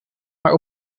maar